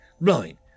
blowing